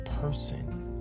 person